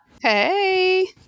Hey